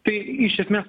tai iš esmės